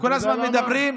כל הזמן מדברים.